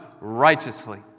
righteously